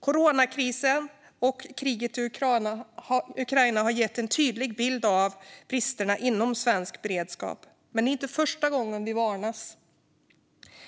Coronakrisen och kriget i Ukraina har gett en tydlig bild av bristerna inom svensk beredskap. Men det är inte första gången vi varnas.